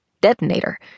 detonator